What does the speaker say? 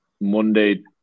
Monday